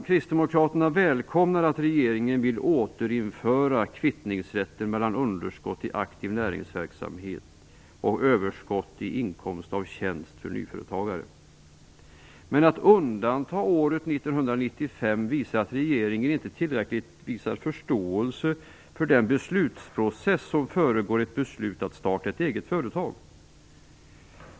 Kristdemokraterna välkomnar att regeringen vill återinföra kvittningsrätten mellan underskott i aktiv näringsverksamhet och överskott i inkomst av tjänst för nyföretagare. Men att undanta året 1995 visar att regeringen inte har tillräcklig förståelse för den beslutsprocess som föregår ett beslut att starta ett eget företag.